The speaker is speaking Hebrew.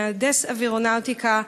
מהנדס אווירונאוטיקה,